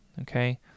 Okay